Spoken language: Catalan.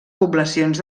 poblacions